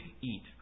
eat